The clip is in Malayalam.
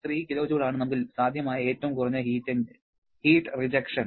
3 kJ ആണ് നമുക്ക് സാധ്യമായ ഏറ്റവും കുറഞ്ഞ ഹീറ്റ് റിജക്ഷൻ